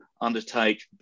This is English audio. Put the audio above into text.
undertake